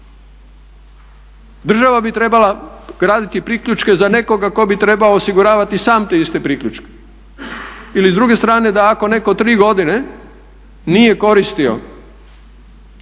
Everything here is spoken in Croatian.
Država bi trebala graditi priključke za nekoga tko bi trebao osiguravati sam te iste priključke. Ili s druge strane da ako netko 3 godine nije koristio